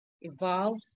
evolve